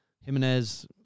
Jimenez